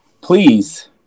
Please